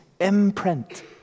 imprint